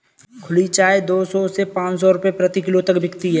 खुली चाय दो सौ से पांच सौ रूपये प्रति किलो तक बिकती है